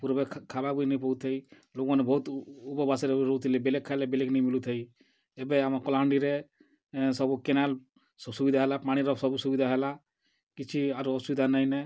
ପୂର୍ବେ ଖାଏବାକେ ବି ନାଇଁ ପାଉଥାଇ ଲୋକ୍ମାନେ ବହୁତ୍ ଉପବାସରେ ରହୁଥିଲେ ବେଲେ ଖାଏଲେ ବେଲେ ନେଇଁ ମିଲୁଥାଇ ଏବେ ଆମର୍ କଲାହାଣ୍ଡିରେ ସବୁ କେନାଲ୍ ସୁବିଧା ହେଲା ପାଣିର ସବୁ ସୁବିଧା ହେଲା କିଛି ଆର୍ ଅସୁବିଧା ନାଇଁନେ